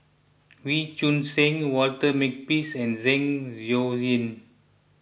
Wee Choon Seng Walter Makepeace and Zeng Shouyin